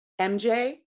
MJ